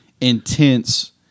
intense